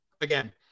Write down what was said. Again